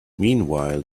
meanwhile